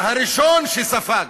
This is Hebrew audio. והראשון שספג